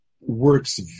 works